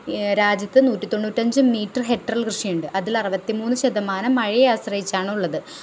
രാജ്യത്ത് നൂറ്റി തൊണ്ണൂറ്റി അഞ്ച് മീറ്റർ ഹെക്ടറിൽ കൃഷിയുണ്ട് അതിൽ അറുപത്തി മൂന്ന് ശതമാനം മഴയെ ആശ്രയിച്ചാണ് ഉള്ളത്